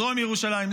דרום ירושלים,